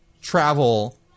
travel